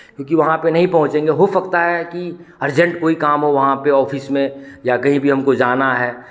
क्योंकि वहाँ पे नहीं पहुँचेंगे हो सकता है कि अर्जेंट कोई काम हो वहाँ पे ऑफिस में या कहीं भी हमको जाना है